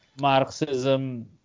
Marxism